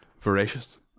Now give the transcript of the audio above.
Voracious